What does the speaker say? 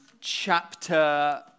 chapter